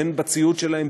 הן בציוד שלהם,